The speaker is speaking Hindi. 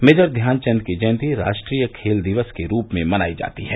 मेजर ध्यानचन्द की जयंती राष्ट्रीय खेल दिवस के रूप में मनाई जाती है